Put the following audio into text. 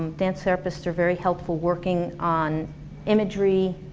dance therapists are very helpful working on imagery.